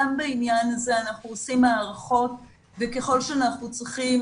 גם בעניין הזה אנחנו עושים הערכות וככל שאנחנו צריכים